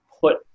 put